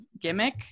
gimmick